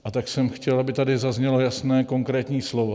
A tak jsem chtěl, aby tady zaznělo jasné, konkrétní slovo.